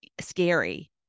scary